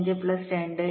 25 plus 2